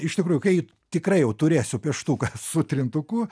iš tikrųjų kai tikrai jau turėsiu pieštuką su trintuku